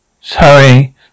Sorry